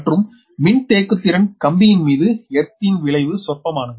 மற்றும் மின்தேக்குத்திறன் கம்பியின் மீது எர்த் ன் விளைவு சொற்பமானது